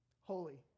holy